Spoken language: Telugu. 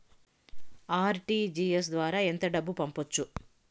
ఆర్.టీ.జి.ఎస్ ద్వారా ఎంత డబ్బు పంపొచ్చు?